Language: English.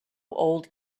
old